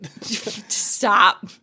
stop